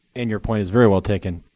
and your point is very well taken.